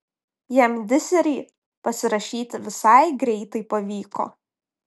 jam diserį pasirašyt visai greitai pavyko